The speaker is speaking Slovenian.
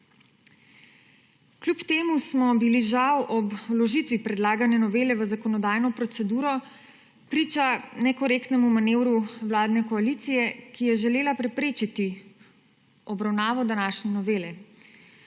Kljub temu smo bili žal ob vložitvi predlagane novele v zakonodajno proceduro priča nekorektnemu manevru vladne koalicije, ki je želela preprečiti obravnavo današnje novele.